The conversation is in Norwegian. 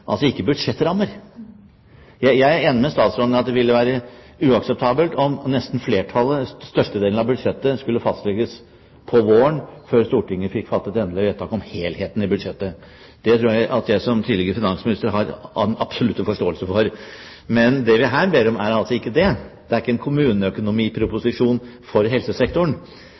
altså ikke budsjettrammer. Jeg er enig med statsråden i at det ville være uakseptabelt om nesten størstedelen av budsjettet skulle fastlegges om våren – før Stortinget fikk fattet endelig vedtak om helheten i budsjettet. Det tror jeg at jeg som tidligere finansminister har den absolutte forståelse for. Men det vi her ber om, er altså ikke det. Det er ikke en kommuneproposisjon for helsesektoren,